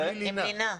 כיתה ה' זה בלי לינה.